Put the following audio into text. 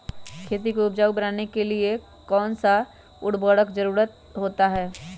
खेती को उपजाऊ बनाने के लिए कौन कौन सा उर्वरक जरुरत होता हैं?